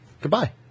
goodbye